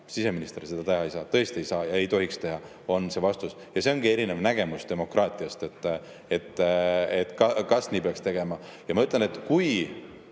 siseminister seda teha ei saa. Tõesti ei saa ja ei tohiks teha, on see vastus. See ongi erinev nägemus demokraatiast, et kas nii peaks tegema. Ja ma ütlen, et kui